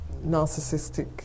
narcissistic